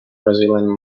brazilian